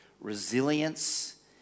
resilience